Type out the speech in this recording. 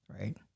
Right